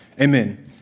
Amen